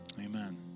amen